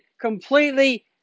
completely